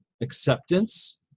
acceptance